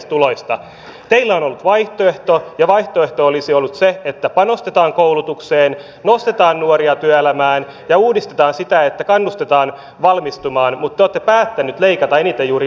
teillä on ollut vaihtoehto ja vaihtoehto olisi ollut se että panostetaan koulutukseen nostetaan nuoria työelämään ja uudistetaan sitä että kannustetaan valmistumaan mutta te olette päättänyt leikata eniten juuri opiskelijoilta